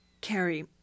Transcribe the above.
Carrie